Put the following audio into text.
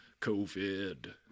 COVID